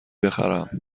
بخرم